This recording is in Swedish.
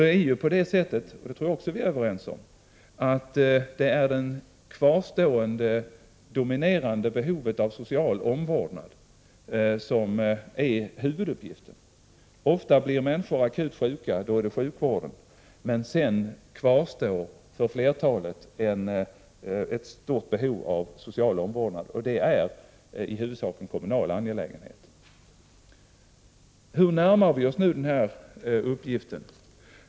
Det kvarstående, dominerande behovet av social omvårdnad är ju huvuduppgiften — det tror jag också att vi är överens om. Ofta blir människor akut sjuka — då handlar det om sjukvården. Men sedan kvarstår för flertalet ett stort behov av social omvårdnad — det är i huvudsak en kommunal angelägenhet. Hur närmar vi oss nu den här uppgiften?